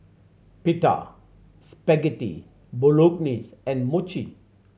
Pita Spaghetti Bolognese and Mochi